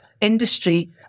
industry